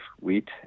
wheat